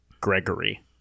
Gregory